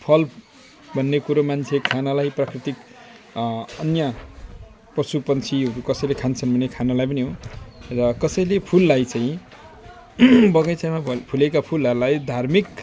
फल भन्ने कुरो मान्छे खानलाई प्राकृतिक अन्य पशुपन्छीहरू कसैले खान्छन् भने खानलाई पनि हो र कसैले फुललाई चाहिँ बगैँचामा फुलेका फुलहरूलाई धार्मिक